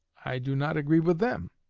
i do not agree with them.